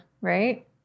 right